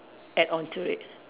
add on to it